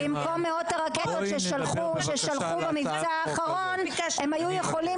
במקום מאות הרקטות ששלחו במבצע האחרון הם היו יכולים